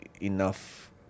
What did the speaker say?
enough